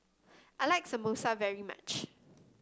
I like Samosa very much